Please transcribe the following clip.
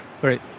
Great